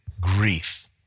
grief